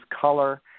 color